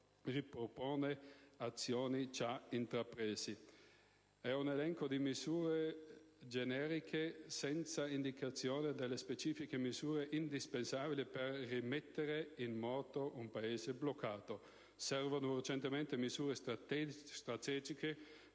ripropone azioni già intraprese. È un elenco di misure generiche, senza indicazione delle specifiche misure indispensabili per rimettere in moto un Paese bloccato. Servono urgentemente misure strategiche